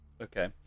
Okay